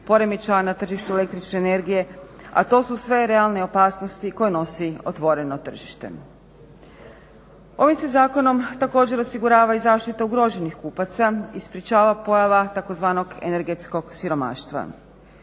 poremećaja na tržištu električne energije a to su sve realne opasnosti koje nosi otvoreno tržište. Ovim se zakonom također osigurava i zaštita ugroženih kupaca i sprječava pojava tzv. energetskog siromaštva.